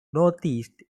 northeast